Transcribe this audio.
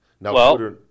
Now